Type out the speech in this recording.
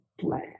Plan